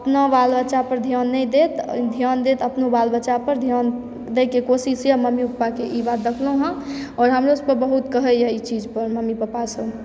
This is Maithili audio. अपनो बाल बच्चापर ध्यान नहि देत ध्यान देत अपनो बाल बच्चापर ध्यान दैके कोशिश यए मम्मियो पप्पाके ई बात देखलहुँ हेँ आओर हमरोसभके बहुत कहैए ई चीजपर मम्मी पप्पासभ